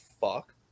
fuck